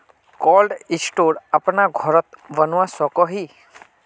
Cold store अपना घोरोत बनवा सकोहो ही?